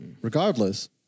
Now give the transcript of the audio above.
Regardless